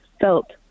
felt